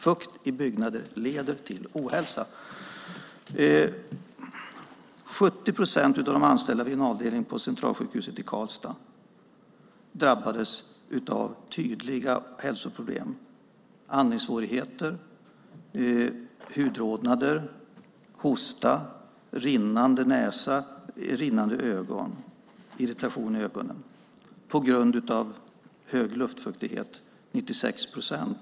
Fukt i byggnader leder till ohälsa. 70 procent av de anställda vid en avdelning på Centralsjukhuset i Karlstad drabbades av tydliga hälsoproblem - andningssvårigheter, hudrodnader, hosta, rinnande näsa och ögon och irritationer i ögonen - på grund av hög luftfuktighet, 96 procent.